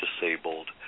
disabled